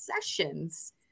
sessions